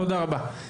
תודה רבה.